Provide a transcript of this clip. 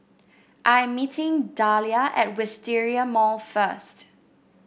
I am meeting Dahlia at Wisteria Mall first